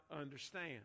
understand